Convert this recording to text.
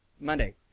Monday